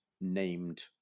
named